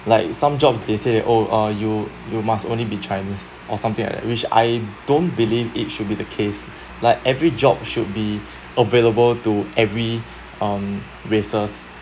like some jobs they say oh ah you you must only be chinese or something like that which I don't believe it should be the case like every job should be available to every um races